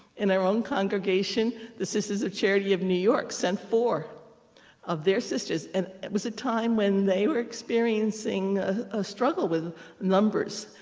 in our own congregation, the sisters of charity of new york sent four of their sisters, and it was a time when they were experiencing a struggle with numbers.